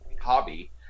hobby